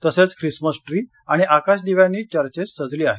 तसंच Christmas tree आणि आकाशदिव्यांनी चर्येस सजली आहेत